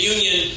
Union